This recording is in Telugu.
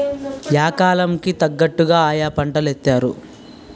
యా కాలం కి తగ్గట్టుగా ఆయా పంటలేత్తారు